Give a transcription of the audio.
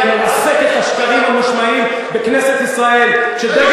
לרסק את השקרים המושמעים בכנסת ישראל כשדגל